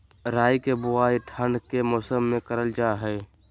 राई के बुवाई ठण्ड के मौसम में करल जा हइ